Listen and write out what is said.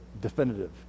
definitive